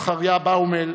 וזכריה באומל,